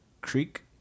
creek